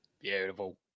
Beautiful